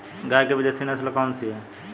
गाय की विदेशी नस्ल कौन सी है?